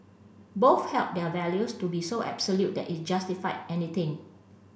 both held their values to be so absolute that it justified anything